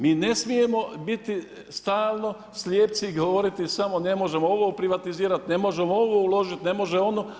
Mi ne smijemo biti stalno slijepci i govoriti samo ne možemo ovo privatizirat, ne možemo ovo uložiti, ne može ono.